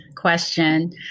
question